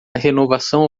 renovação